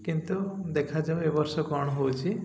କିନ୍ତୁ ଦେଖାଯାଉ ଏ ବର୍ଷ କ'ଣ ହେଉଛି